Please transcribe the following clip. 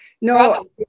No